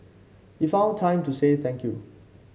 he found time to say thank you